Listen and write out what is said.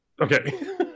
Okay